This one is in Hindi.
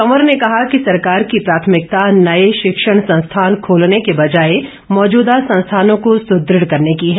कवर ने कहा कि सरकार की प्राथमिकता नए शिक्षण संस्थान खोलने के बजाए मौजूदा संस्थानों को सुदृढ़ करने की है